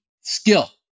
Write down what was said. skill